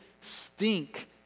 stink